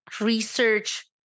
research